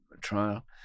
trial